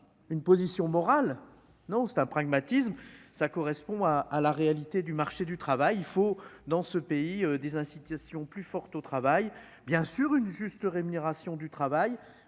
une position morale non c'est un pragmatisme, ça correspond à à la réalité du marché du travail, il faut dans ce pays des incitations plus fortes au travail bien sûr une juste rémunération du travail,